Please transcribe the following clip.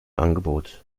angebot